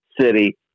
city